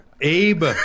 Abe